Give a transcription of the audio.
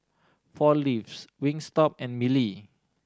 Four Leaves Wingstop and Mili